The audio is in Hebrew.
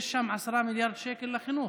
יש שם 10 מיליארד שקל לחינוך,